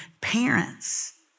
parents